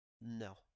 no